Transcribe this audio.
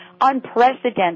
unprecedented